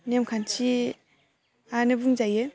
नेमखान्थिआनो बुंजायो